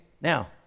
now